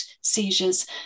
seizures